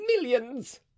millions